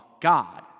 God